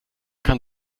kann